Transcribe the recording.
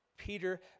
Peter